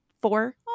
four